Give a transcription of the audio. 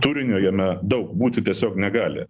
turinio jame daug būti tiesiog negali